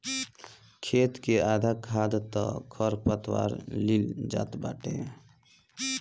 खेत कअ आधा खाद तअ खरपतवार लील जात बाटे